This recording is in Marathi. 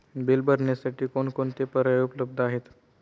बिल भरण्यासाठी कोणकोणते पर्याय उपलब्ध आहेत?